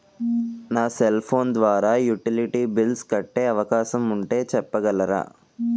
నా cell phone ద్వారా utility bills కట్టే అవకాశం ఉంటే చెప్పగలరా?